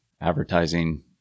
advertising